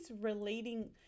relating